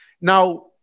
Now